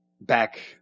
back